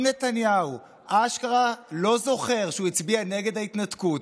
אם נתניהו אשכרה לא זוכר שהוא הצביע נגד ההתנתקות